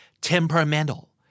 temperamental